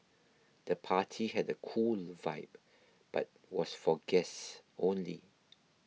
the party had a cool vibe but was for guests only